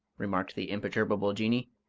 remarked the imperturbable jinnee,